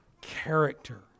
character